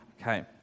Okay